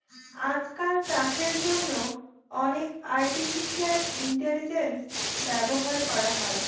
আজকাল চাষের জন্য অনেক আর্টিফিশিয়াল ইন্টেলিজেন্স ব্যবহার করা হয়